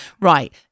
Right